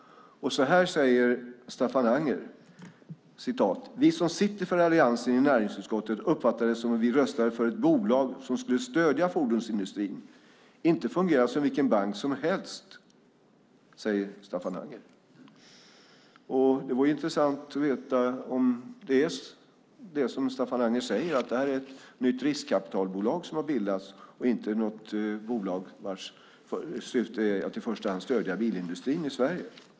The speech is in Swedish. Så här säger Staffan Anger: "Vi som sitter för Alliansen i näringsutskottet uppfattade det som om vi röstade för ett bolag som skulle stödja fordonsindustrin, inte fungera som vilken bank som helst." Det vore intressant att veta om det är som Staffan Anger säger att det här är ett nytt riskkapitalbolag som har bildats och inte något bolag vars syfte är att i första hand stödja bilindustrin i Sverige.